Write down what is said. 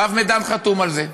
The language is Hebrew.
הרב מדן חתום על זה.